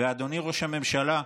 אדוני ראש הממשלה,